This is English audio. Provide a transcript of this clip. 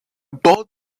both